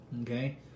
Okay